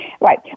Right